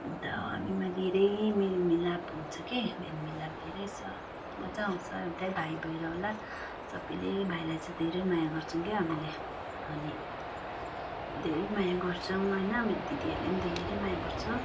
अन्त हामीमा धेरै मेल मिलाप हुन्छ के मेल मिलाप धेरै छ मजा आउँछ एउटै भाइ भएर होला सबैले भाइलाई चाहिँ धेरै माया गर्छौँ क्या हामीले अनि धेरै माया गर्छौँ होइन मेरो दिदीहरूले पनि धेरै माया गर्छ